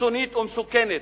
קיצונית ומסוכנת,